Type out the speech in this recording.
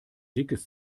dickes